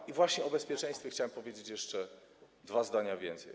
I właśnie o bezpieczeństwie chciałem powiedzieć jeszcze dwa zdania więcej.